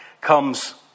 comes